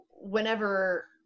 whenever